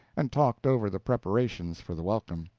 and talked over the preparations for the welcome.